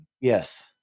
Yes